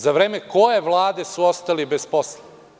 Za vreme koje vlade su oni ostali bez posla?